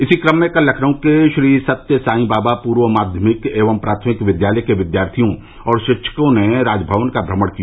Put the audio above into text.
इसी क्रम में कल लखनऊ के श्री सत्य साई बाबा पूर्व माध्यमिक एवं प्राथमिक विद्यालय के विद्यार्थियों और शिक्षकों ने राजमवन का भ्रमण किया